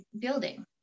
building